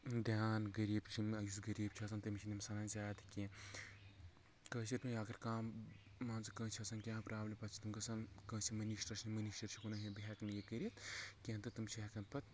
دِیان غریٖب چھ یُس غریٖب چھُ آسان تٔمِس چھنہٕ یم زیادٕ سنان زیادٕ کیٛنٚہہ کٲشِر پٲٹھۍ اگر کانہہ مان ژٕ کٲنسہِ چھِ آسان کانہہ پرابلِم پتہٕ چھِ تِم گژھان کٲنسہِ منسٹرس منسٹر چھُکھ ونان ہے بہٕ ہیکہٕ نہٕ یہِ کٔرتھ کیٛنٚہہ تہٕ تم چھِ ہیکان پتہٕ